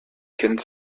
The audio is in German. kind